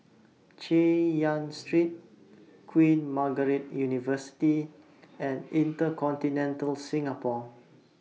Chay Yan Street Queen Margaret University and InterContinental Singapore